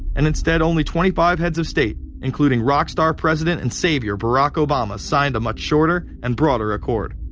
and instead only twenty-five heads of state, including rock star president and savior barack obama. signed a much shorter and broader accord.